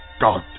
God